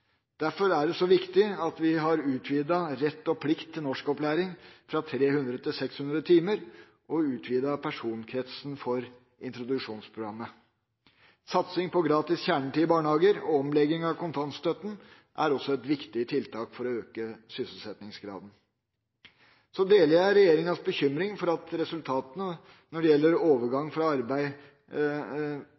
Derfor er det så viktig at vi har utvidet retten og plikten til norskopplæring fra 300 til 600 timer og utvidet personkretsen for introduksjonsprogrammet. Satsing på gratis kjernetid i barnehager og omlegging av kontantstøtten er også viktige tiltak for å øke sysselsettingsgraden. Så deler jeg regjeringas bekymring for at resultatene hva gjelder målet om rask overgang til arbeid